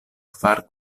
kvar